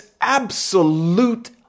absolute